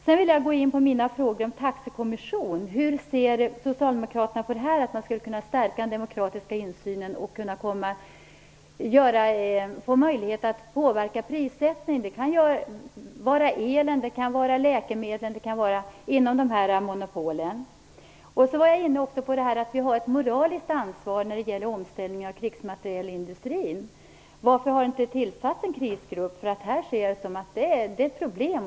Sedan vill jag gå in på taxekommissionerna. Hur ser Socialdemokraterna på att man skulle kunna stärka den demokratiska insynen och få möjlighet att påverka prissättningen? Detta kan gälla elen. Det kan gälla läkemedlen. Det handlar om dessa monopol. Jag var också inne på att vi har ett moraliskt ansvar när det gäller omställningen av krigsmaterielindustrin. Varför har det inte tillsatts en krisgrupp? Jag ser nämligen att detta är ett problem.